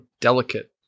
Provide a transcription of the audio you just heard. delicate